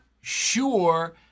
sure